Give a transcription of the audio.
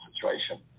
situation